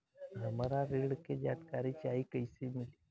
हमरा ऋण के जानकारी चाही कइसे मिली?